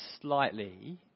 slightly